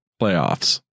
playoffs